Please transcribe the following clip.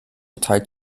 teil